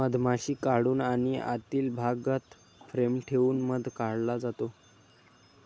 मधमाशी काढून आणि आतील भागात फ्रेम ठेवून मध काढला जातो